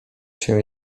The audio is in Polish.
się